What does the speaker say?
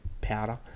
powder